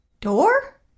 door